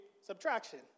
subtraction